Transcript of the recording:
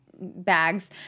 bags